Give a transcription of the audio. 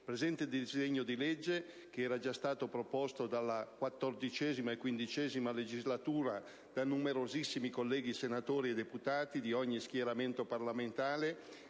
presente disegno di legge - che era già stato proposto nella XIV e XV legislatura, da numerosissimi colleghi senatori e deputati di ogni schieramento parlamentare,